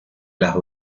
las